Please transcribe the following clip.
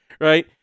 Right